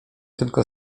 tylko